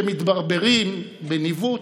כשמתברברים בניווט,